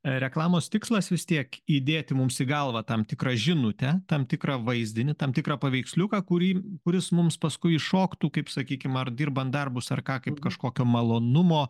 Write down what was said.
reklamos tikslas vis tiek įdėti mums į galvą tam tikrą žinutę tam tikrą vaizdinį tam tikrą paveiksliuką kurį kuris mums paskui iššoktų kaip sakykim ar dirbant darbus ar ką kaip kažkokio malonumo